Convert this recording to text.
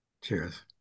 Cheers